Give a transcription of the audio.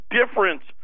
difference